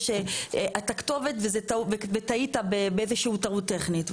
טעית באיזושהי טעות טכנית,